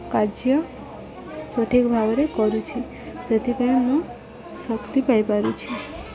କାର୍ଯ୍ୟ ସଠିକ୍ ଭାବରେ କରୁଛି ସେଥିପାଇଁ ମୁଁ ଶକ୍ତି ପାଇପାରୁଛି